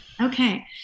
Okay